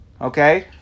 okay